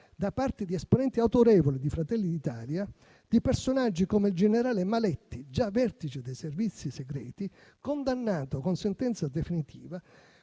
da parte di esponenti autorevoli di Fratelli d'Italia, di personaggi come il generale Maletti, già vertice dei Servizi segreti, condannato con sentenza definitiva